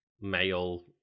male